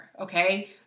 okay